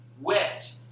wet